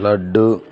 laddu